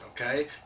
Okay